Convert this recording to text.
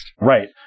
Right